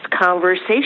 conversation